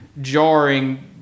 jarring